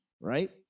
right